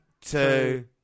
two